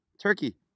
Turkey